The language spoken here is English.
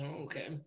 Okay